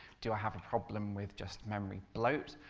do i have a problem with just memory bloat,